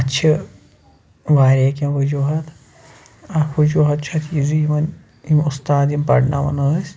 اَتھ چھِ وارِیاہ کیٚنٛہہ وجوٗہات اَکھ وجوٗہات چھُ اَتھ یہِ زِ یِمن یِم اُستاد یِم پرناوان ٲسۍ